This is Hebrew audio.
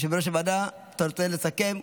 יושב-ראש הוועדה, אתה רוצה לסכם?